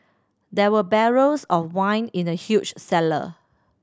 there were barrels of wine in the huge cellar